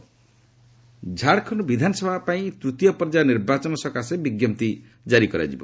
ଝାଡ଼ଖଣ୍ଡ ଝାଡ଼ଖଣ୍ଡ ବିଧାନସଭା ପାଇଁ ତୂତୀୟ ପର୍ଯ୍ୟାୟ ନିର୍ବାଚନ ସକାଶେ ବିଜ୍ଞପ୍ତି ଆକି ଜାରି ହୋଇଛି